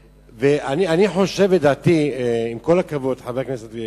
עם כל הכבוד, חבר הכנסת גפני,